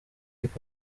hip